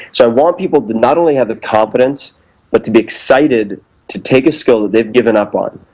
so i want people to not only have the confidence but to be excited to take a skill that they've given up on,